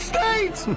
States